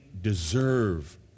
deserve